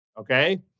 Okay